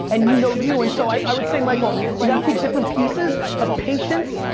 and you know you, and so i would say, michael, you gotta take different pieces, but patience,